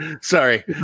sorry